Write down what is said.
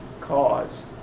cause